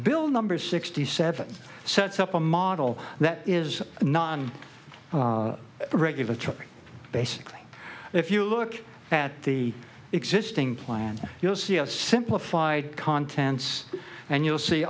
bill number sixty seven so it's up a model that is non regulatory basically if you look at the existing plan you'll see a simplified contents and you'll see